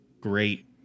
great